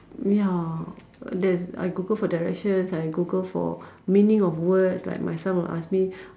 ya that's I Google for directions I Google for meaning of words like my son will ask me